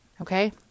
Okay